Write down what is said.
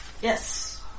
Yes